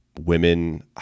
women